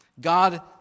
God